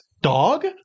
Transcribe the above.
Dog